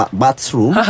bathroom